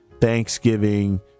Thanksgiving